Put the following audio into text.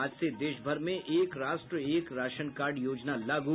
और आज से देशभर में एक राष्ट्र एक राशन कार्ड योजना लागू